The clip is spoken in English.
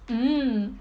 mm